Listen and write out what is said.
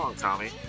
Tommy